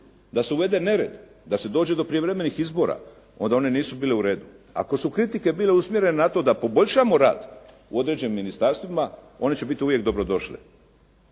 da se uvede nered, da se dođe do prijevremenih izbora, onda one nisu bile u redu. Ako su kritike bile usmjerene na to da poboljšamo rad u određenim ministarstvima, oni će biti uvijek dobrodošli.